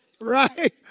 right